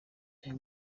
aya